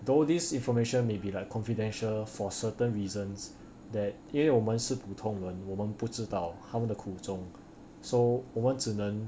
though this information may be like confidential for certain reasons that 因为我们是普通人我们不知道他们的苦衷 so 我们只能